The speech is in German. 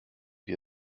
wir